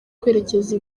kwerekeza